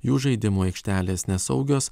jų žaidimų aikštelės nesaugios